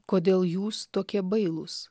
kodėl jūs tokie bailūs